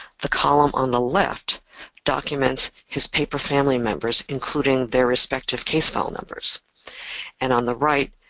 the column on the left documents his paper family members including their respective case file numbers and, on the right,